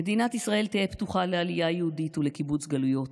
"מדינת ישראל תהא פתוחה לעלייה יהודית ולקיבוץ גלויות,